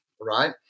right